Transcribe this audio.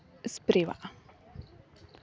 ᱮᱥᱯᱨᱮᱣᱟᱜᱼᱟ